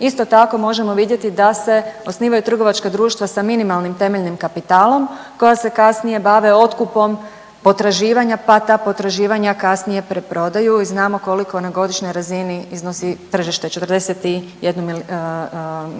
isto tako možemo vidjeti da se osnivaju trgovačka društva sa minimalnim temeljnim kapitalom koja se kasnije bave otkupom potraživanja pa ta potraživanja kasnije preprodaju i znamo koliko na godišnjoj razini iznosi tržište 41